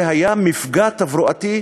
זה היה מפגע תברואתי,